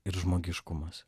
ir žmogiškumas